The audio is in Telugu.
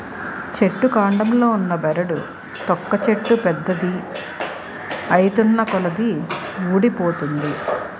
చెట్టు కాండంలో ఉన్న బెరడు తొక్క చెట్టు పెద్దది ఐతున్నకొలది వూడిపోతుంది